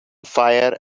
fire